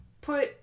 put